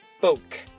book